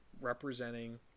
representing